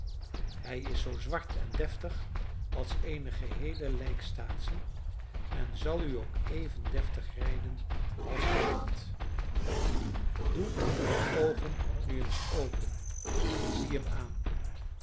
hij is zoo zwart en deftig als eene geheele lijkstaatsie en zal u ook even deftig rijden als gij wilt doe uwe oogen nu eens open en zie hem aan